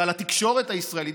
ועל התקשורת הישראלית?